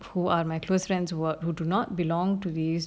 who are my close friends were who do not belong to these